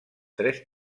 tres